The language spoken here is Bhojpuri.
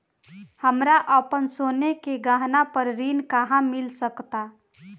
हमरा अपन सोने के गहना पर ऋण कहां मिल सकता?